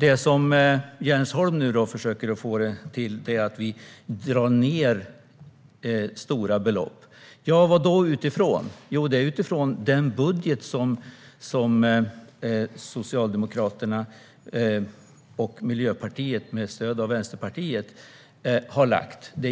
Det Jens Holm försöker få det till är att vi drar ned stora belopp. Men vad utgår han från? Jo, den budget som Socialdemokraterna och Miljöpartiet med stöd av Vänsterpartiet har lagt fram.